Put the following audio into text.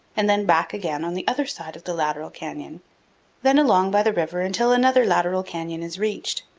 and then back again on the other side of the lateral canyon then along by the river until another lateral canyon is reached,